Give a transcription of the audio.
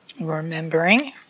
remembering